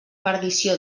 perdició